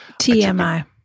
TMI